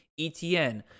ETN